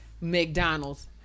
McDonald's